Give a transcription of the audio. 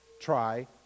Try